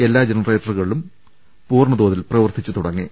എല്ലാ ജനറേറ്ററുകളും പൂർണ തോതിൽ പ്രവർത്തിച്ചു തുടങ്ങി